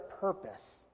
purpose